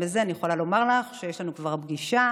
גם בזה אני יכולה לומר לך שיש לנו כבר פגישה